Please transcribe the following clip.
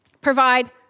provide